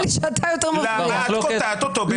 למה את קוטעת אותו?